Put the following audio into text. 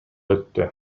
өттү